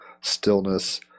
stillness